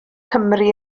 cymru